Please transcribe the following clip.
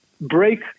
break